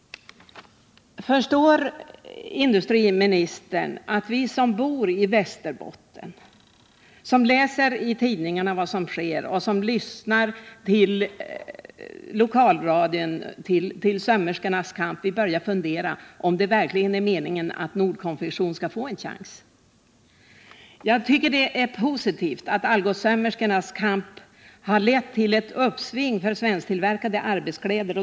Förstår industriministern att vi som bor i Västerbotten, som läser i tidningarna vad som sker och som lyssnar på lokalradion om sömmerskornas kamp, börjar fundera över om det verkligen är meningen att Nordkonfektion skall få en chans? Jag tycker det är positivt att Algotssömmerskornas kamp har lett till ett uppsving för svensktillverkade arbetskläder.